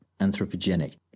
anthropogenic